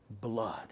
blood